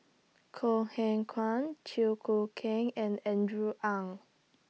Kok Heng Leun Chew Choo Keng and Andrew Ang